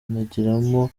inyungu